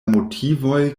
motivoj